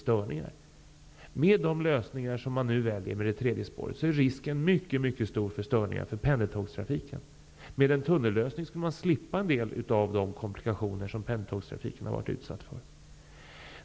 Med de lösningar med ett tredje spår som man nu väljer är risken för störningar synnerligen stor när det gäller pendeltågstrafiken. Med en tunnellösning skulle man slippa en del av de komplikationer som pendeltågstrafiken har varit utsatt för.